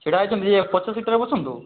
ଛିଡ଼ା ହେଇଛନ୍ତି ପଛ ସିଟରେ ବସନ୍ତୁ